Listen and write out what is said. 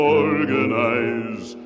organize